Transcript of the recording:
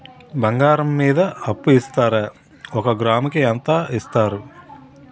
బంగారం మీద అప్పు ఇస్తారా? ఒక గ్రాము కి ఎంత ఇస్తారు?